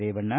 Revanna